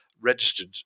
registered